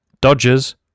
Dodgers